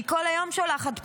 אני כל היום שולחת פניות.